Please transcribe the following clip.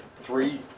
three